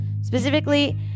specifically